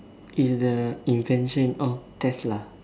is the intention or test lah